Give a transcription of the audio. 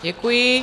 Děkuji.